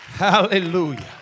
Hallelujah